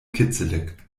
kitzelig